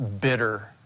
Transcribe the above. bitter